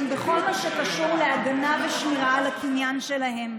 בכל מה שקשור להגנה ושמירה על הקניין שלהם,